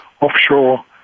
offshore